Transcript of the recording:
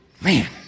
Man